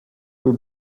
kui